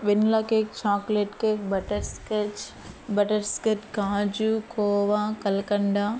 vanilla cake chocolate cake butterscotch butterscotch కాజు కోవా కల్కండా